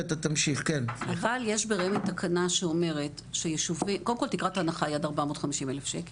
51%. קודם כל תקרה הנחה היא עד 450,000 ₪